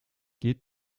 geht